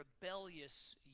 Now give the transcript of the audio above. rebellious